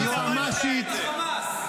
היועמ"שית